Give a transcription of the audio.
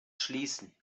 schließen